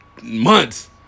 months